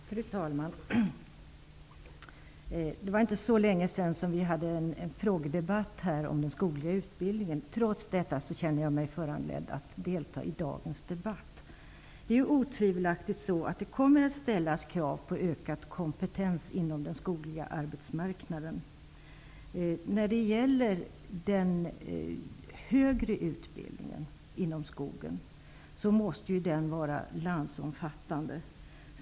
Fru talman! Det var inte så länge sedan som vi hade en frågedebatt om den skogliga utbildningen. Trots det känner jag mig föranledd att delta i dagens debatt. Det är otvivelaktigt så, att det kommer att ställas krav på ökad kompetens inom den skogliga arbetsmarknaden. Den högre skogliga utbildningen måste vara landsomfattande.